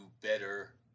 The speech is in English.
better